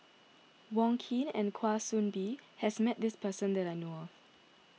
Wong Keen and Kwa Soon Bee has met this person that I know of